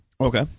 Okay